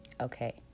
okay